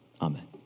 Amen